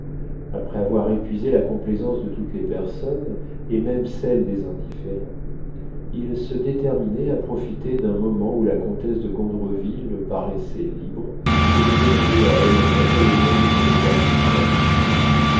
après avoir épuisé la complaisance de toutes les personnes et même celle des indifférents il se déterminait à profiter d'un moment où la comtesse de gondreville paraissait libre pour lui demander à elle-même le nom de cette dame mystérieuse